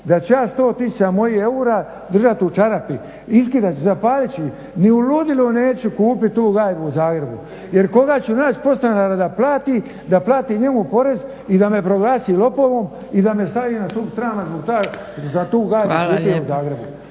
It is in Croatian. da ću ja 100 tisuća mojih eura držati u čarapi, iskidat ću, zapalit ću ih ni u ludilu neću kupiti tu gajbu u Zagrebu. Jer koga ću naći podstanara da plati njemu porez i da me proglasi lopovom i da me stavi na stup srama zbog toga za tu gajbu kupljenu u Zagrebu.